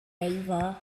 ava